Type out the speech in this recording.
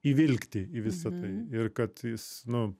įvilkti į visa tai ir kad jis nu